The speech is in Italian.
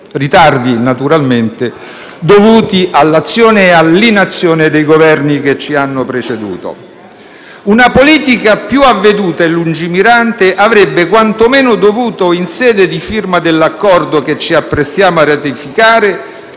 dovuti, naturalmente, all'azione e all'inazione dei Governi che ci hanno preceduto. Una politica più avveduta e lungimirante avrebbe quantomeno dovuto, in sede di firma dell'Accordo che ci apprestiamo a ratificare,